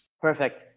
Perfect